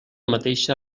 mateixa